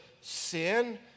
sin